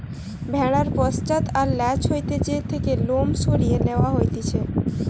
ভেড়ার পশ্চাৎ আর ল্যাজ হইতে যে থেকে লোম সরিয়ে লওয়া হতিছে